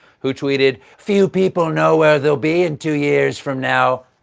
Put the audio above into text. who tweeted, few people know where they'll be in two years from now,